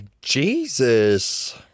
Jesus